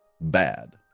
Bad